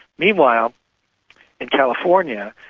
meanwhile in california,